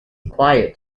quiet